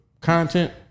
content